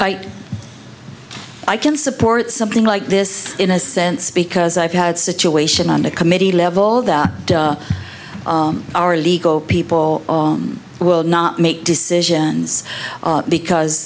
s i can support something like this in a sense because i've had situation on the committee level that our legal people will not make decisions because